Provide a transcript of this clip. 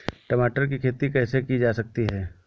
टमाटर की खेती कैसे की जा सकती है?